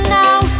now